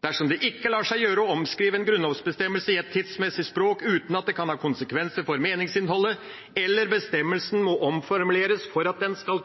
Dersom det ikke lar seg gjøre å omskrive en grunnlovsbestemmelse i et tidsmessig språk uten at det kan ha konsekvenser for meningsinnholdet, eller bestemmelsen må omformuleres for at den skal